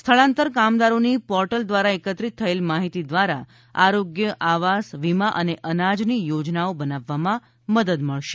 સ્થળાંતર કામદારોની પોર્ટલ દ્વારા એકત્રિત થયેલ માહિતી દ્વારા આરોગ્ય આવાસ વીમા અને અનાજની યોજનાઓ બનાવવામાં મદદ મળશે